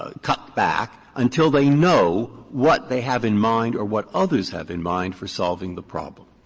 ah cut back until they know what they have in mind or what others have in mind for solving the problem.